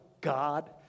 God